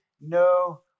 no